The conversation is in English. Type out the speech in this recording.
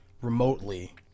remotely